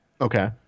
Okay